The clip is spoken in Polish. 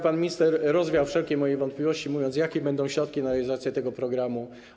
Pan minister rozwiał wszelkie moje wątpliwości, mówiąc, jakie będą środki na realizację tego programu.